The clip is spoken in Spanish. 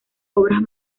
obras